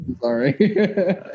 Sorry